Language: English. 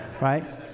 right